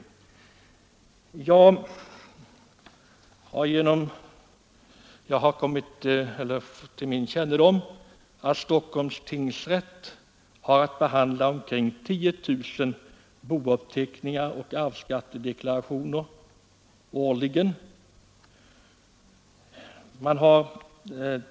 Det har kommit till min kännedom att Stockholms tingsrätt har att behandla 10 000 bouppteckningar och arvsskattedeklarationer årligen.